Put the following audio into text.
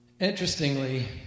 Interestingly